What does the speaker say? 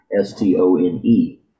s-t-o-n-e